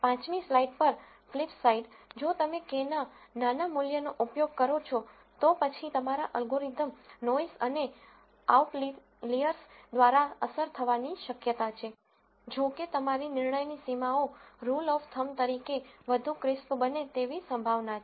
પાંચમી સ્લાઇડ પર ફ્લિપસાઇડ જો તમે k ના નાના મૂલ્યોનો ઉપયોગ કરો છો તો પછી તમારા અલ્ગોરિધમ નોઈસ અને આઉટલિઅર્સ દ્વારા અસર થવાની શક્યતા છે જો કે તમારી નિર્ણયની સીમાઓ રુલ ઓફ થમ્બ તરીકે વધુ ક્રિસ્પ બને તેવી સંભાવના છે